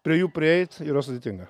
prie jų prieit yra sudėtinga